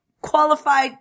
qualified